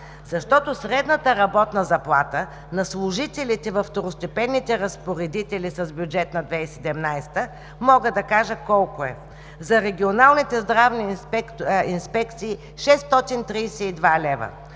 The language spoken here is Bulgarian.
колко е средната работна заплата на служителите във второстепенните разпоредители с бюджет на 2017 г. За регионалните здравни инспекции – 632 лв.;